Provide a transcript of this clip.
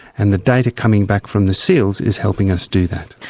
and the data coming back from the seals is helping us do that.